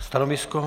Stanovisko?